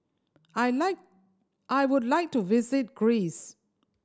I like I would like to visit Greece